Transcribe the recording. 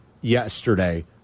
yesterday